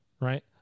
Right